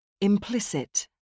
Implicit